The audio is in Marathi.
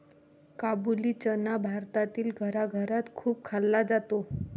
काबुली चना भारतातील घराघरात खूप खाल्ला जातो